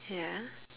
ya